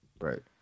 Right